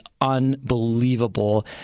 unbelievable